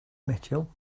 mitchell